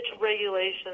regulations